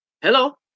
Hello